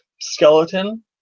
skeleton